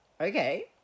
Okay